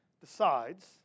decides